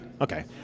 Okay